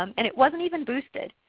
um and it wasn't even boosted.